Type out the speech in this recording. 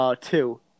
two